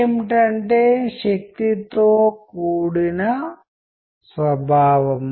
మనం ఎంత ఎక్కువ కమ్యూనికేట్ చేస్తామో అంత ఎక్కువగా కమ్యూనికేట్ చేయాల్సిన అవసరం ఏర్పడుతుంది